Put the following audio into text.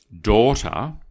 daughter